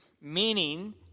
Meaning